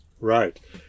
Right